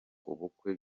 ubukwe